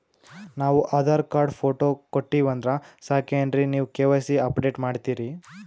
ನಾವು Aadhaar card, photo ಕೊಟ್ಟೀವಂದ್ರ ಸಾಕೇನ್ರಿ ನೀವ ಕೆ.ವೈ.ಸಿ ಅಪಡೇಟ ಮಾಡ್ತೀರಿ?